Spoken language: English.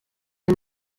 are